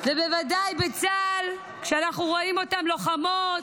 ובוודאי בצה"ל, כשאנחנו רואים אותן לוחמות,